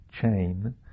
chain